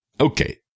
Okay